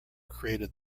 created